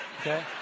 Okay